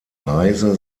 reise